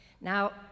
Now